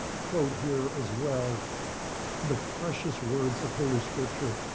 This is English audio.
quote here as well the precious words of holy scripture.